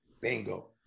Bingo